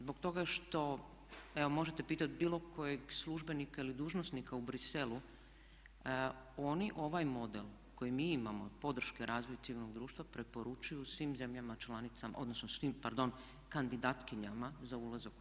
Zbog toga što evo možete pitati bilo kojeg službenika ili dužnosnika u Bruxellesu oni ovaj model koji mi imamo podrške razvoju civilnog društva preporučuju svim zemljama članicama odnosno pardon svim kandidatkinjama za ulazak u EU.